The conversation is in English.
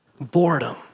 Boredom